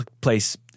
place